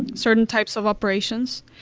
certain types of operations.